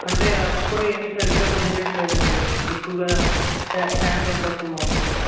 అంటే యాప్స్ కూడా ఏమీ సరిగ్గా పని చేయట్లేదండీ ఎక్కువగా హె హ్యాంగ్ అయిపోతుంది మొత్తం